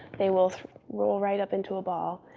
they will roll right up into a ball.